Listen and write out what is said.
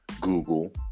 Google